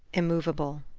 immovable.